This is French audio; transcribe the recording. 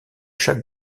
chaque